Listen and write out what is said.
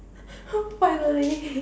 finally